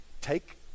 Take